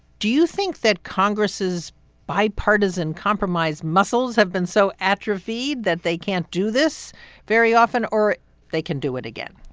do you think that congress's bipartisan compromise muscles have been so atrophied that they can't do this very often or they can do it again?